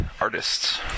artists